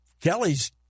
Kelly's